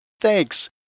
Thanks